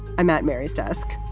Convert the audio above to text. i'm at mary's desk.